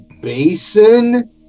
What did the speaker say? basin